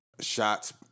shots